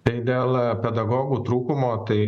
tai dėl pedagogų trūkumo tai